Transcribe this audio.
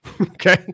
Okay